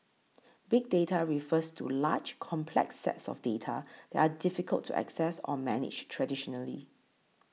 big data refers to large complex sets of data that are difficult to access or manage traditionally